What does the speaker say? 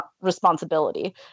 responsibility